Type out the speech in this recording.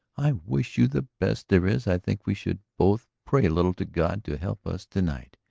i wish you the best there is. i think we should both pray a little to god to help us to-night.